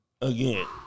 Again